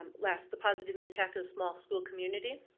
um last, the positive impact of small school community.